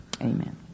Amen